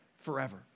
forever